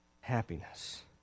happiness